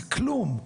זה כלום.